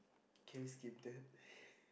can you skip that